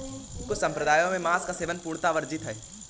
कुछ सम्प्रदायों में मांस का सेवन पूर्णतः वर्जित है